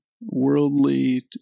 worldly